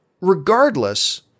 regardless